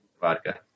vodka